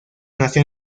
nació